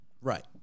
Right